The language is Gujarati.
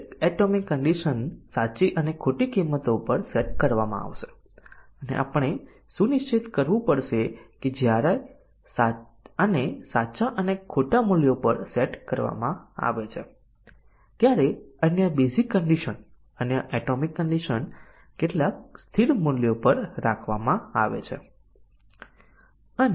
બધી કન્ડિશન નું મૂલ્યાંકન કરવામાં આવતું નથી ત્યાં સુધી કે અમુક કન્ડિશન નું પરિણામ અન્ય કન્ડિશન નું મૂલ્યાંકન કરતું નથી અન્ય કન્ડિશન નું મૂલ્યાંકન કરવામાં આવતું નથી